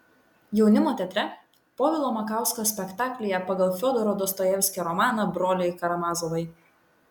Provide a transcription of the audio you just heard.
jaunimo teatre povilo makausko spektaklyje pagal fiodoro dostojevskio romaną broliai karamazovai